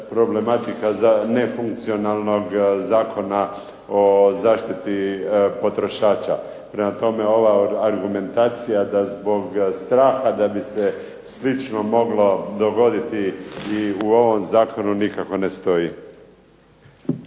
problematika za nefunkcionalnog Zakona o zaštiti potrošača. Prema tome, ova argumentacija da zbog straha da bi se slično moglo dogoditi i u ovom zakonu nikako ne stoji.